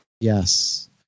Yes